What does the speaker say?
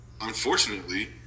unfortunately